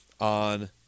on